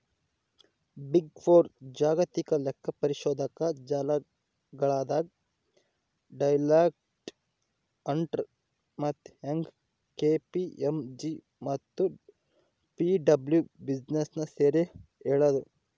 big four ಜಾಗತಿಕ ಲೆಕ್ಕಪರಿಶೋಧಕ ಜಾಲಗಳಾದ ಡೆಲಾಯ್ಟ್, ಅರ್ನ್ಸ್ಟ್ ಮತ್ತೆ ಯಂಗ್, ಕೆ.ಪಿ.ಎಂ.ಜಿ ಮತ್ತು ಪಿಡಬ್ಲ್ಯೂಸಿನ ಸೇರಿ ಹೇಳದು